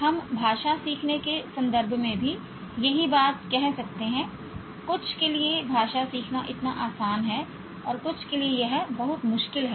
हम भाषा सीखने के संदर्भ में भी यही बात कह सकते हैं कुछ के लिए भाषा सीखना इतना आसान है कुछ के लिए यह बहुत मुश्किल है